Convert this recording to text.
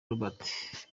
robert